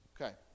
Okay